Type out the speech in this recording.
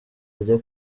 ajya